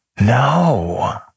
No